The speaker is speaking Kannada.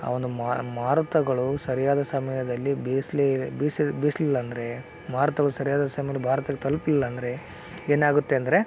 ಆ ಒಂದು ಮಾರುತಗಳು ಸರಿಯಾದ ಸಮಯದಲ್ಲಿ ಬೀಸ್ಲಿ ಬೀಸ್ ಬೀಸಲಿಲ್ಲ ಅಂದರೆ ಮಾರುತವು ಸರಿಯಾದ ಸಮಯದಲ್ಲಿ ಭಾರತಕ್ಕೆ ತಲುಪಲಿಲ್ಲ ಅಂದರೆ ಏನಾಗುತ್ತೆ ಅಂದರೆ